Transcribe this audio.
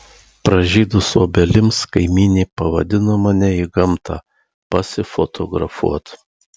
pražydus obelims kaimynė pavadino mane į gamtą pasifotografuot